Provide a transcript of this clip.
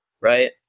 right